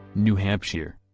new hampshire.